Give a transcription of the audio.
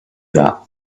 that